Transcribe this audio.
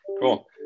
Cool